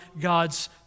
God's